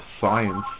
science